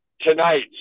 tonight